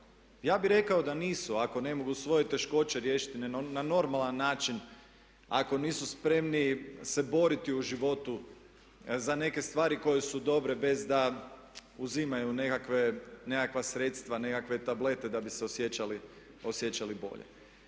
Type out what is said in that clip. Ja bih rekao da nisu, ako ne mogu svoje teškoće riješiti na normalan način, ako nisu spremni se boriti u životu za neke stvari koje su dobre bez da uzimaju nekakva sredstva, nekakve tablete da bi se osjećali bolje.